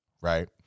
right